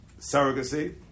surrogacy